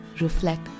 reflect